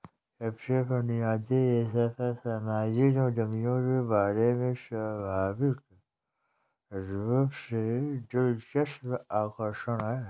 सबसे बुनियादी स्तर पर सामाजिक उद्यमियों के बारे में स्वाभाविक रूप से दिलचस्प आकर्षक है